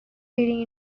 leading